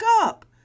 up